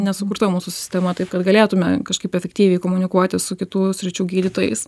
nesukurta mūsų sistema taip kad galėtume kažkaip efektyviai komunikuoti su kitų sričių gydytojais